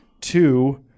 two